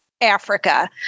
Africa